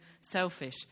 selfish